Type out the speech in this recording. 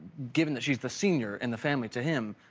given that she is the senior in the family to him,